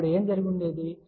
అప్పుడు ఏమి జరిగి ఉండేది